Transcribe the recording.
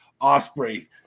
Osprey